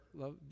love